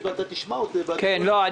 כמה אתם